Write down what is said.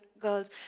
girls